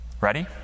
Ready